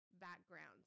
backgrounds